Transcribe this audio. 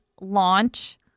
Launch